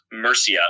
Mercia